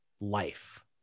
life